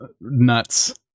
nuts